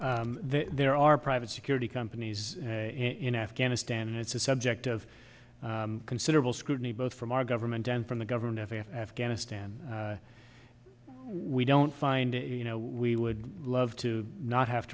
effort there are private security companies in afghanistan and it's a subject of considerable scrutiny both from our government down from the government of afghanistan we don't find you know we would love to not have